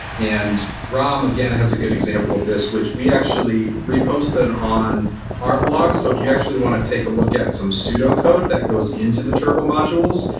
and rom again has a good example of this, which we actually reposted on our blog. so if you actually want to take a look at some pseudocode that goes into the turbo modules,